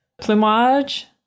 Plumage